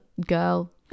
girl